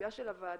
הציפייה של הוועדה,